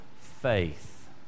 faith